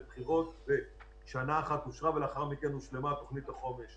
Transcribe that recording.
בחירות ואז שנה אחת אושרה ולאחר מכן הושלמה תוכנית החומש.